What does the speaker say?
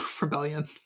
rebellion